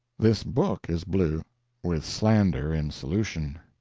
this book is blue with slander in solution.